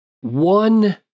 one